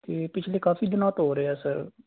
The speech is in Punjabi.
ਅਤੇ ਪਿਛਲੇ ਕਾਫੀ ਦਿਨਾਂ ਤੋਂ ਹੋ ਰਿਹਾ ਸਰ